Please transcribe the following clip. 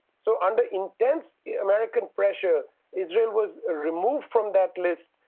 so under intense american pressure israel was removed from that list,